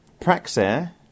Praxair